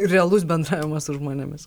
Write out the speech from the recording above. realus bendravimas su žmonėmis